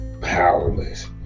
powerless